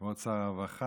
כבוד שר הרווחה,